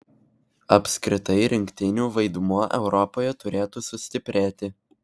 apskritai rinktinių vaidmuo europoje turėtų sustiprėti